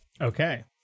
Okay